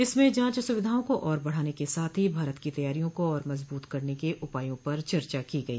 इसमें जांच सूविधाओं को और बढ़ाने के साथ ही भारत की तैयारियों को और मजबूत करने के उपायों पर चर्चा गई